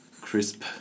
crisp